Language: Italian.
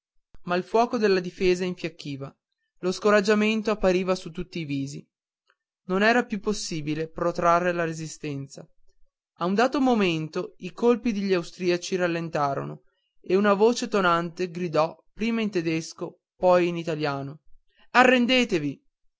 ma il fuoco della difesa infiacchiva lo scoraggiamento appariva su tutti i visi non era più possibile protrarre la resistenza a un dato momento i colpi degli austriaci rallentarono e una voce tonante gridò prima in tedesco poi in italiano arrendetevi